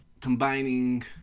combining